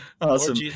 Awesome